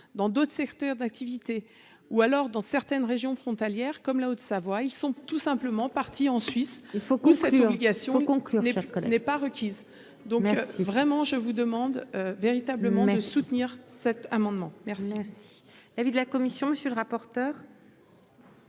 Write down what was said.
dans d'autres secteurs d'activité, ou alors dans certaines régions frontalières comme la Haute-Savoie, ils sont tout simplement partis en Suisse, il faut que cette obligation conclut n'est pas requise donc si vraiment je vous demande véritablement soutenir cet amendement merci